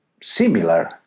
similar